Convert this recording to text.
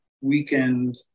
weekend